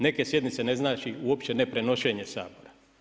Neke sjednice ne znači uopće ne prenošenje Sabora.